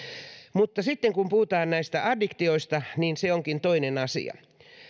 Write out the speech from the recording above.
mutta sitten kun puhutaan näistä addiktioista niin se onkin toinen asia